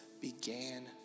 began